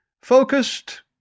focused